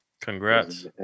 Congrats